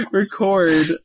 record